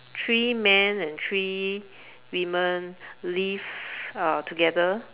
three man and three women live uh together